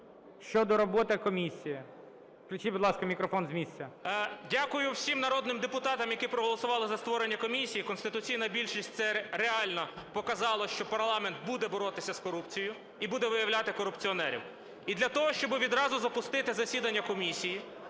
щодо роботи комісії. Включіть, будь ласка, мікрофон з місця. 14:16:00 КРУЛЬКО І.І. Дякую всім народним депутатам, які проголосували за створення комісії. Конституційна більшість – це реально показало, що парламент буде боротися з корупцією і буде виявляти корупціонерів. І для того, щоби відразу запустити засідання комісії,